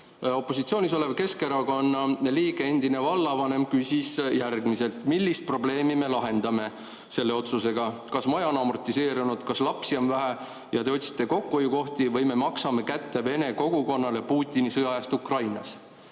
opositsioonis olev Keskerakonna liige, endine vallavanem, küsis, millist probleemi me lahendame selle otsusega: kas maja on amortiseerunud, kas lapsi on vähe ja te otsite kokkuhoiukohti või me maksame kätte vene kogukonnale Putini sõja eest Ukrainas?